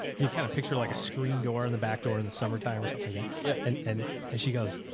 you kind of picture like a screen door and the back door in the summertime or something like that. yeah and and and she goes,